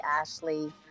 Ashley